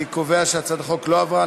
אני קובע שהצעת החוק לא עברה.